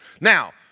Now